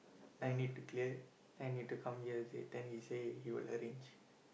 I need to clear I need to come use it then he say he will arrange